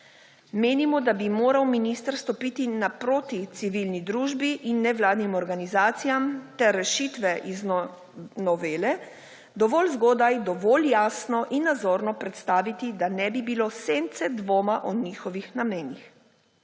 Menimo, da bi moral minister stopiti naproti civilni družbi in nevladnim organizacijam ter rešitve iz novele dovolj zgodaj, dovolj jasno in nazorno predstaviti, da ne bi bilo sence dvoma o njihovih namenih.